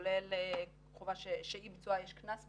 וכולל חובה שאי ביצועה יש קנס בצידה,